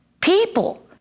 People